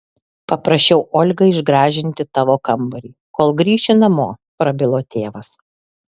paprašiau olgą išgražinti tavo kambarį kol grįši namo prabilo tėvas